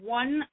one